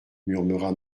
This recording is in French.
murmura